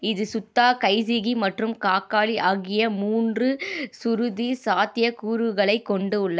இது சுத்தா கைசிகி மற்றும் காகாலி ஆகிய மூன்று சுருதி சாத்தியக்கூறுகளைக் கொண்டுள்ள